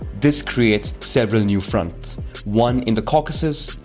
this creates several new fronts one in the caucasus,